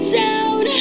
down